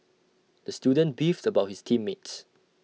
the student beefed about his team mates